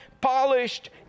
polished